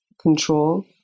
control